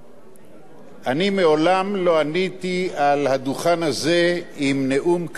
אני מעולם לא עליתי על הדוכן הזה עם נאום כתוב מראש,